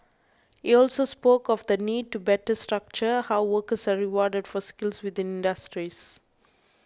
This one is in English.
he also spoke of the need to better structure how workers are rewarded for skills within industries